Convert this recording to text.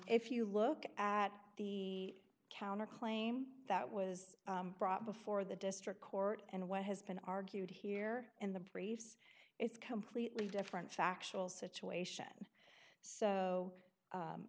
if you look at the counter claim that was brought before the district court and what has been argued here in the briefs is completely different factual situation so